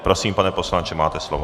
Prosím, pane poslanče, máte slovo.